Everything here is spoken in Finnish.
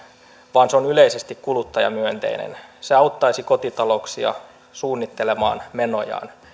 vaan se on yleisesti kuluttajamyönteinen se auttaisi kotitalouksia suunnittelemaan menojaan